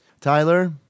Tyler